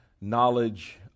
knowledge